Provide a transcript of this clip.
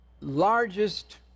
largest